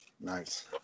Nice